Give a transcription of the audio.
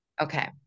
Okay